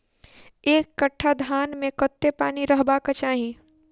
एक कट्ठा धान मे कत्ते पानि रहबाक चाहि?